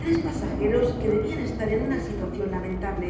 tres pasageros que debian estar en una situacion lamentable